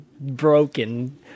broken